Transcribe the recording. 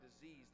disease